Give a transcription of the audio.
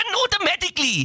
automatically